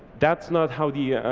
that's not how, the